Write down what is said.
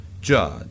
judge